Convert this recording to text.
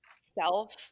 self